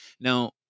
now